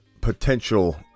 potential